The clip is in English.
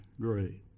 great